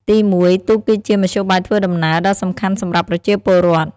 ទីមួយ ទូកគឺជា មធ្យោបាយធ្វើដំណើរ ដ៏សំខាន់សម្រាប់ប្រជាពលរដ្ឋ។